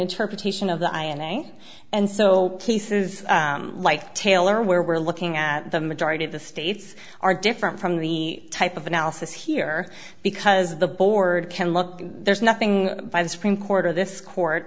interpretation of the i and i think and so cases like taylor where we're looking at the majority of the states are different from the type of analysis here because the board can look there's nothing by the supreme court of this court